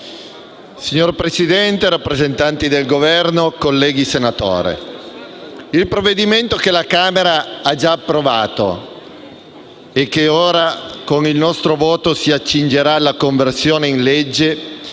Signor Presidente, rappresentanti del Governo, colleghi senatori, il provvedimento che la Camera ha già approvato e che ora, con il nostro voto, si accingerà alla conversione in legge,